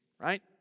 right